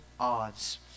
odds